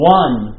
one